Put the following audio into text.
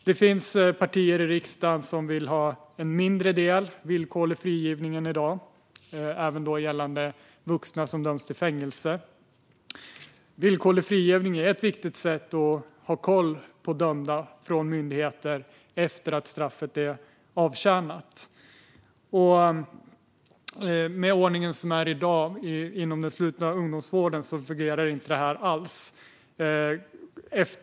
Det finns partier i riksdagen som vill ha en mindre del villkorlig frigivning än i dag, även när det gäller vuxna som döms till fängelse. Villkorlig frigivning är ett viktigt sätt för myndigheter att ha koll på dömda efter att straffet är avtjänat. Med den ordning som råder i dag inom den slutna ungdomsvården fungerar det här inte alls.